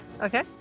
okay